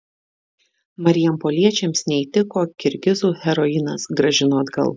marijampoliečiams neįtiko kirgizų heroinas grąžino atgal